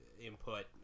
Input